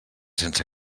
sense